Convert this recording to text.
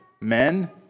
men